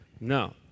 No